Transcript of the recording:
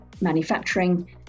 manufacturing